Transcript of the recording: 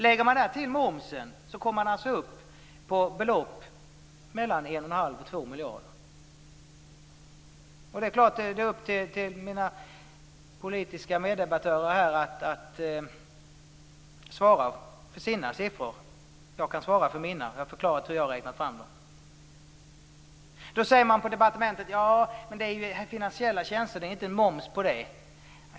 Lägger man därtill momsen, kommer man upp till ett belopp om mellan 1 1⁄2 och 2 Det är upp till mina politiska meddebattörer att svara för sina siffror. Jag har förklarat hur jag har räknat fram mina siffror och kan svara för dem. Från departementet säger man att det här är fråga om finansiella tjänster, som det inte är moms på.